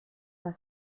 una